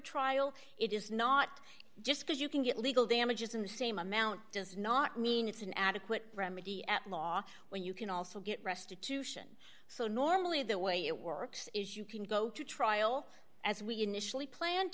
trial it is not just because you can get legal damages in the same amount does not mean it's an adequate remedy at law when you can also get restitution so normally the way it works is you can go to trial as we initially planned